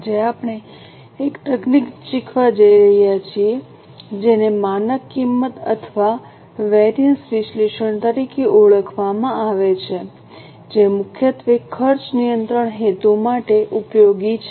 આજે આપણે એક તકનીક શીખવા જઈ રહ્યા છીએ જેને માનક કિંમત અથવા વેરિએન્સ વિશ્લેષણ તરીકે ઓળખવામાં આવે છે જે મુખ્યત્વે ખર્ચ નિયંત્રણ હેતુ માટે ઉપયોગી છે